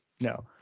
no